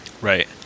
Right